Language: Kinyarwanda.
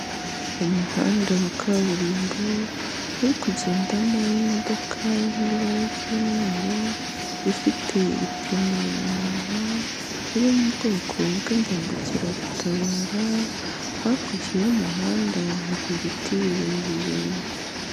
Umuhanda wa kaburimbo, uri kugendamo imodoka yo mu ibara ry'umweru, ifite ipine inyuma, iri mu bwoko bw'imbangukiragutabara, hakurya y'umuhanda, hari ibiti birebire.